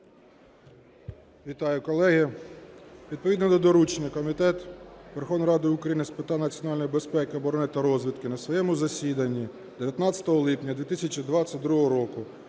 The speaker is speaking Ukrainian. Вітаю колеги! Відповідно до доручення Комітет Верховної Ради України з питань національної безпеки, оброни та розвідки на своєму засіданні 19 липня 2022 року